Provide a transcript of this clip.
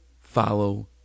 follow